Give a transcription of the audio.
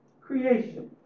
creation